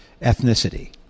ethnicity